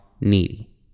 needy